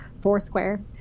foursquare